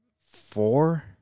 four